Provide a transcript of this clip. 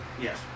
Yes